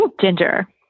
Ginger